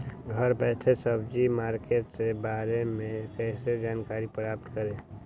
घर बैठे सब्जी मार्केट के बारे में कैसे जानकारी प्राप्त करें?